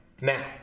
now